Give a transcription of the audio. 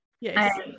Yes